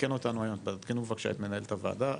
תעדכנו בבקשה את מנהלת הוועדה,